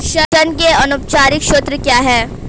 ऋण के अनौपचारिक स्रोत क्या हैं?